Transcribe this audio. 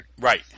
Right